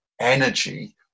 energy